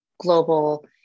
global